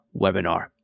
webinar